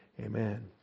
Amen